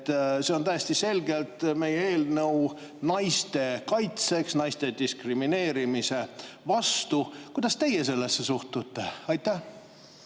on täiesti selgelt naiste kaitseks, naiste diskrimineerimise vastu. Kuidas teie sellesse suhtute? Aitäh!